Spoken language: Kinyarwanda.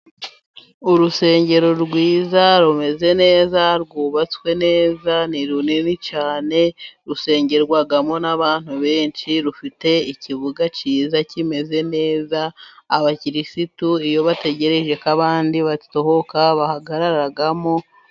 Urusengero rwiza, rumeze neza, rwubatswe neza, ni runini cyane, rusengerwamo n'abantu benshi, rufite ikibuga cyiza kimeze neza, abakirisitu iyo bategereje ko abandi basohoka bahagararamo.